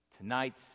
Tonight